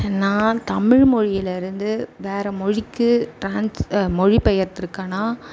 நான் தமிழ்மொழியில் இருந்து வேற மொழிக்கு ட்ரான்ஸ் மொழிபெயர்த்திருக்கனா